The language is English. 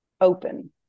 open